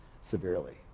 severely